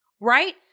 right